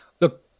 Look